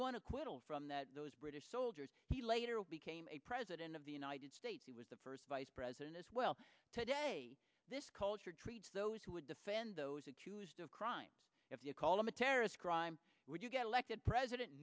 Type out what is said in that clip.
acquittal from that those british soldiers he later became a president of the united states he was the first vice president as well today this culture treats those who would defend those accused of crimes if you call them a terrorist crime when you get elected